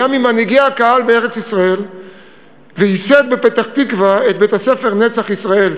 היה ממנהיגי הקהל בארץ-ישראל וייסד בפתח-תקווה את בית-הספר "נצח ישראל",